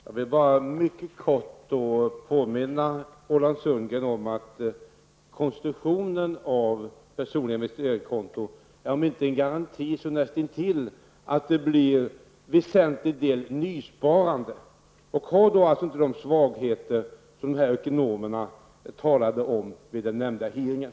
Herr talman! Jag vill kort påminna Roland Sundgren om att konstruktionen av personliga investeringskonton är nästintill en garanti för att det blir en väsentlig del nysparande. Konstruktionen skall inte ha de svagheter som ekonomerna talade om vid den nämnda hearingen.